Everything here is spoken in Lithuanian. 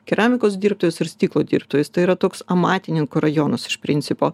keramikos dirbtuvės ir stiklo dirbtuvės tai yra toks amatininkų rajonus iš principo